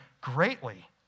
greatly